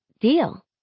deal